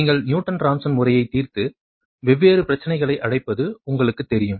நீங்கள் Newton Raphson முறையைச் தீர்த்து வெவ்வேறு பிரச்சனைகளை அழைப்பது உங்களுக்குத் தெரியும்